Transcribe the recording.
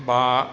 बा